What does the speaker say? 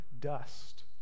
dust